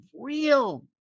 real